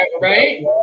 right